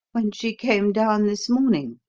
when she came down this morning.